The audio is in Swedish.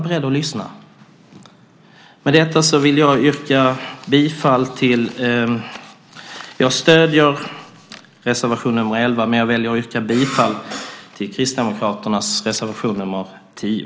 Det är inte någon som har gjort det. Jag är beredd att lyssna. Jag stöder reservation 11, men jag yrkar bifall till Kristdemokraternas reservation 10.